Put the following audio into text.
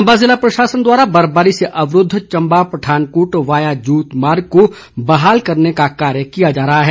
चंबा जिला प्रशासन द्वारा बर्फबारी से अवरूद्द चंबा पठानकोट वाया जोत मार्ग को बहाल करने का कार्य किया जा रहा है